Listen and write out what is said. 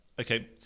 Okay